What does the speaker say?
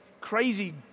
crazy